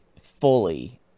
fully